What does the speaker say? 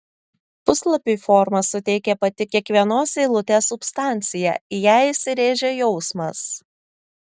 puslapiui formą suteikė pati kiekvienos eilutės substancija į ją įsirėžė jausmas